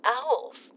owls